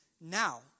now